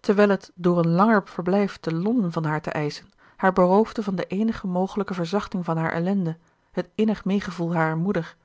terwijl het door een langer verblijf te londen van haar te eischen haar beroofde van de eenig mogelijke verzachting van haar ellende het innig meegevoel harer moeder